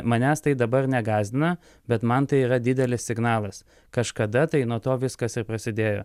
manęs tai dabar negąsdina bet man tai yra didelis signalas kažkada tai nuo to viskas ir prasidėjo